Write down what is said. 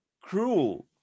cruel